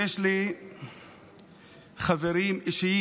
יש לי חברים אישיים